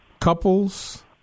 couples